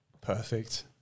Perfect